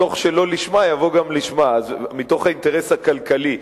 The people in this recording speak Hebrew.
מתוך שלא לשמה יבוא גם לשמה, מתוך האינטרס הכלכלי.